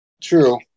True